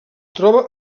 troba